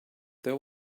there